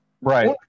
right